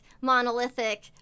monolithic